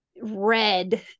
red